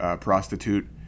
prostitute